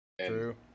True